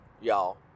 y'all